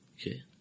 Okay